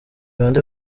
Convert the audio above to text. bande